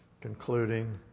concluding